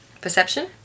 perception